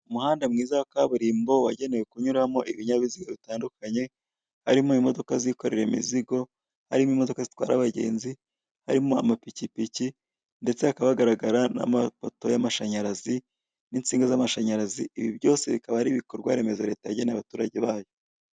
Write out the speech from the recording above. Umuhanda mwiza wa kaburimbo wagenewe kunyuramo ibinyabiziga bitandukanye harimo imodoka zikorera imizigo, imodoka zitwara abagenzi, harimo amapikipiki ndetse hakaba hagaragara n'amapoto y'amashanyarazi n'insinga z'amashanyarazi ibi byose bikaba ari ibikorwaremezo leta yageneye abaturage bayo.